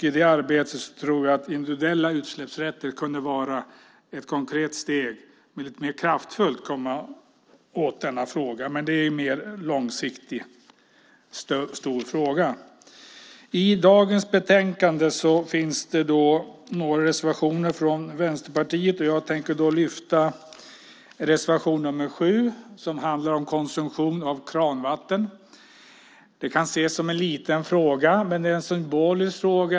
I det arbetet tror jag att individuella utsläppsrätter kan vara ett konkret steg för att mer kraftfullt komma åt denna fråga, men det är en mer långsiktig och stor fråga. I dagens betänkande finns det några reservationer från Vänsterpartiet. Jag tänker lyfta upp reservation nr 7 som handlar om konsumtion av kranvatten. Det kan ses som en liten fråga, men det är en symbolisk fråga.